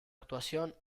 actuación